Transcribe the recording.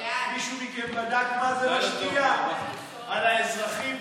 מישהו מכם בדק איך זה משפיע על האזרחים?